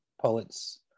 poets